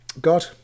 God